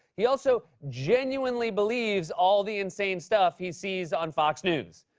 he also genuinely believes all the insane stuff he sees on fox news.